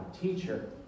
teacher